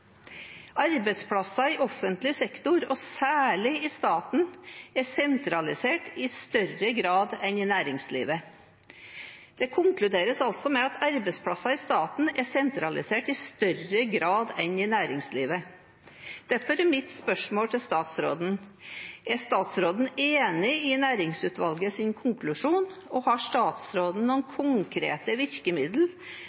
Arbeidsplasser i offentlig sektor, og særlig i staten, er sentralisert i større grad enn i næringslivet. Det konkluderes altså med at arbeidsplasser i staten er sentralisert i større grad enn i næringslivet, og derfor er mitt spørsmål til statsråden: Er statsråden enig i distriktsnæringsutvalgets konklusjon, og har statsråden noen